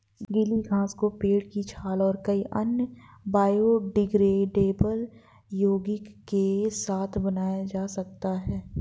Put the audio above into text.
गीली घास को पेड़ की छाल और कई अन्य बायोडिग्रेडेबल यौगिक के साथ बनाया जा सकता है